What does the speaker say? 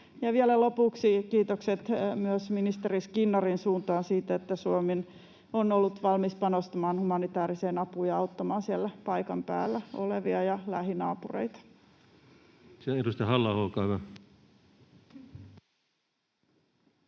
lopuksi kiitokset myös ministeri Skinnarin suuntaan siitä, että Suomi on ollut valmis panostamaan humanitääriseen apuun ja auttamaan siellä paikan päällä olevia ja lähinaapureita.